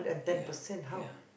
ya ya